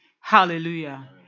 Hallelujah